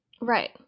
Right